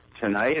tonight